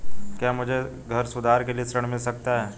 क्या मुझे घर सुधार के लिए ऋण मिल सकता है?